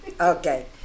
okay